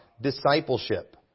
discipleship